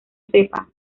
sepa